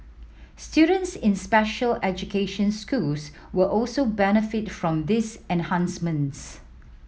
students in special education schools will also benefit from these enhancements